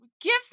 give